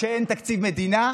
כשאין תקציב מדינה,